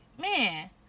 man